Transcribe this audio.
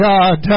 God